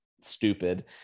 stupid